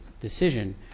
decision